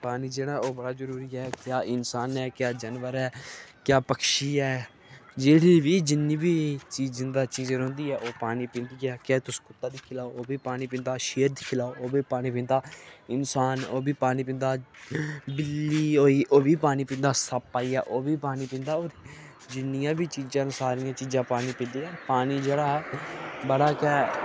पानी जेह्ड़ा ओह् बड़ा जरूरी ऐ क्या इंसान ऐ क्या जानवर ऐ क्या पक्षी ऐ जेह्ड़ी बी जिन्नी बी चीज जिंदा चीज रौंह्दी ऐ ओह् पानी पींदी ऐ क्या तुस कुत्ता दिक्खी लैओ ओह् बी पानी पींदा शेर दिक्खी लैओ ओह् बी पानी पींदा इंसान ओह् बी पानी पींदा बिल्ली होई ओह् बी पानी पींदा सप्प आई गेआ ओह् बी पानी पींदा होर जिन्नियां बी चीज़ां न सारियां चीज़ां पानी पींदियां पानी जेह्ड़ा एह् ऐ बड़ा गै